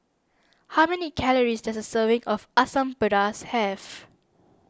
how many calories does a serving of Asam Pedas have